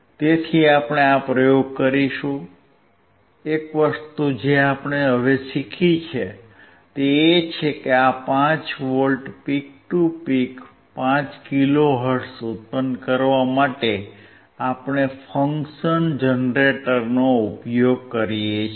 તેથી આપણે આ પ્રયોગ કરીશું એક વસ્તુ જે આપણે હવે શીખી છે તે એ છે કે આ 5V peak to peak 5 kilohertz ઉત્પન્ન કરવા માટે આપણે ફંક્શન જનરેટરનો ઉપયોગ કરીએ છીએ